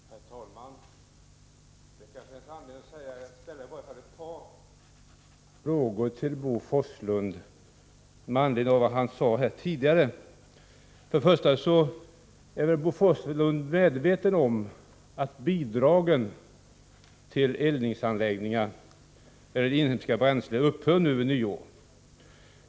Herr talman! Jag ställde ett par frågor till Bo Forslund med anledning av vad han sade tidigare. För det första är väl Bo Forslund medveten om att bidragen till eldningsanläggningar för inhemska bränslen upphör vid nyår.